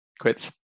quits